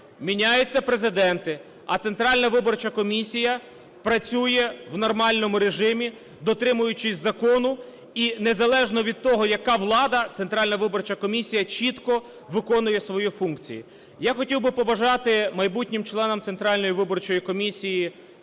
міняються президенти, а Центральна виборча комісія працює в нормальному режимі, дотримуючись закону, і незалежно від того, яка влада, Центральна виборча комісія чітко виконує свої функції. Я хотів би побажати майбутнім членам Центральної виборчої комісії